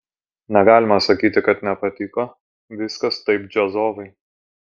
negalima sakyti kad nepatiko viskas taip džiazovai